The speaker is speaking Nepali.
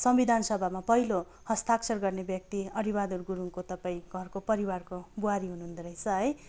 संविधान सभामा पहिलो हस्ताक्षर गर्ने व्यक्ति अरी बहादुर गुरुङको तपाईँ घरको परिवारको बुहारी हुनुहुँदो रहेछ है